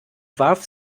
warf